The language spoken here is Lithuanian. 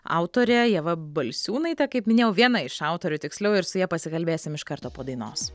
autorė ieva balsiūnaitė kaip minėjau viena iš autorių tiksliau ir su ja pasikalbėsim iš karto po dainos